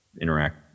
interact